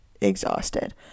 exhausted